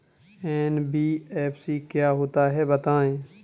NBFC क्या होता है बताएँ?